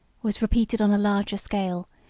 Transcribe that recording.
was repeated on a larger scale,